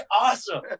awesome